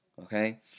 Okay